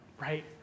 right